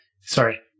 Sorry